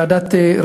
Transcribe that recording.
בוועדת העבודה,